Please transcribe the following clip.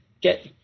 get